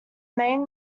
main